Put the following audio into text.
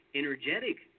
energetic